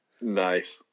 Nice